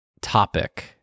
topic